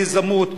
ליזמות,